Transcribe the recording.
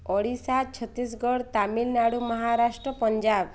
Odisha Chhattisgarh Tamil Nadu Maharashtra Punjab